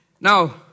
Now